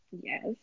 Yes